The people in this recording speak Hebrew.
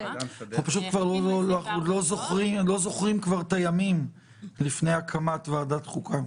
אנחנו פשוט כבר לא זוכרים כבר את הימים לפני הקמת ועדת חוקה.